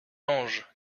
ange